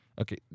Okay